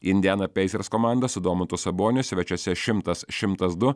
indiana peisers komanda su domantu saboniu svečiuose šimtas šimtas du